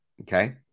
Okay